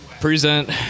Present